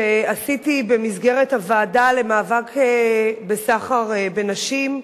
שעשיתי במסגרת הוועדה למאבק בסחר בנשים,